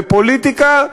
בפוליטיקה,